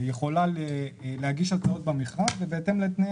יכולה להגיש הצעות במכרז ובהתאם לתנאי